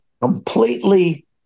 completely